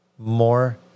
More